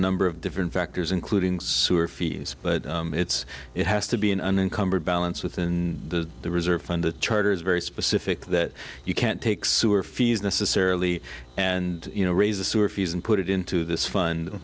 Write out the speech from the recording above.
number of different factors including sewer fees but it's it has to be an unencumbered balance within the reserve fund the charter is very specific that you can't take sewer fees necessarily and you know raise the sewer fees and put it into this fun